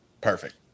perfect